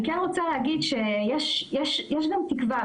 אני כן רוצה להגיד שיש גם תקווה,